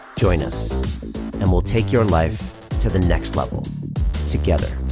join us and we'll take your life to the next level together.